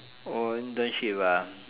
oh internship ah